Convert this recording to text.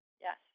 Yes